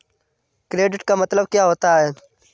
Credit का मतलब क्या होता है?